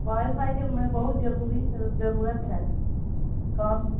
wi fi کے میں بہت ضروری ضرورت ہے کام ہے